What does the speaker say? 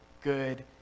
good